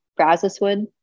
Brazoswood